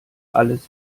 alles